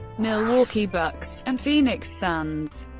milwaukee bucks, and phoenix suns.